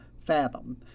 Fathom